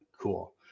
cool